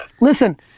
listen